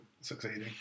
succeeding